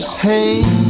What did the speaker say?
Hey